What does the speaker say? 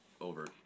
over